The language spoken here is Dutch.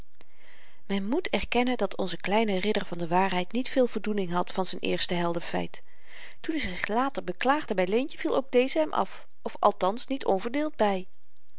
men moet erkennen dat onze kleine ridder van de waarheid niet veel voldoening had van z'n eerste heldenfeit toen i zich later beklaagde by leentje viel ook deze hem af of althans niet onverdeeld by